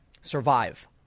Survive